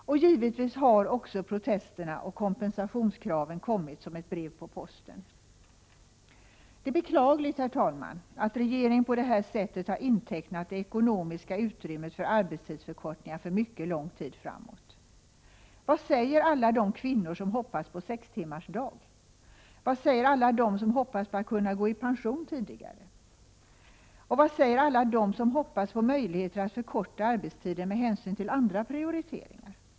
Givetvis har också protesterna och kompensationskraven kommit som ett brev på posten. Det är beklagligt, herr talman, att regeringen på det här sättet har intecknat det ekonomiska utrymmet för arbetstidsförkortningar för mycket lång tid framåt. Vad säger alla de kvinnor som hoppats på sextimmarsdag? Vad säger alla de som hoppats på att kunna gå i pension tidigare? Vad säger alla de som hoppats på möjligheter att förkorta arbetstiden med hänsyn till andra prioriteringar?